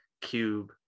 cube